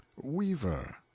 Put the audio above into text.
Weaver